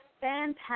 fantastic